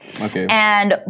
Okay